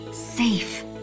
Safe